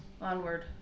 Onward